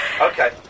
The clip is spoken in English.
Okay